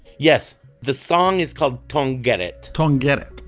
yes the song is called tom get it tom get it